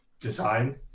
design